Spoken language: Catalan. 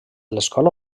l’escola